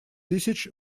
тысяч